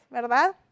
¿verdad